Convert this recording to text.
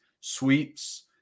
sweeps